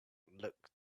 looked